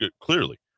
clearly